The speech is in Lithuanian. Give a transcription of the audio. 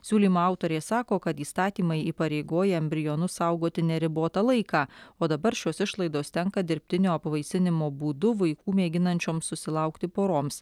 siūlymo autorė sako kad įstatymai įpareigoja embrionus saugoti neribotą laiką o dabar šios išlaidos tenka dirbtinio apvaisinimo būdu vaikų mėginančioms susilaukti poroms